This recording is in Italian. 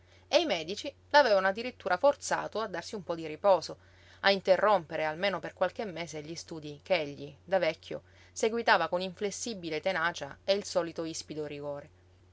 e i medici l'avevano addirittura forzato a darsi un po di riposo a interrompere almeno per qualche mese gli studii ch'egli da vecchio seguitava con inflessibile tenacia e il solito ispido rigore